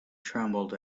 trembled